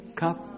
cup